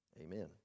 Amen